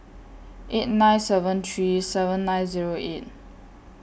eight nine seven three seven nine Zero eight